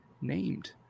named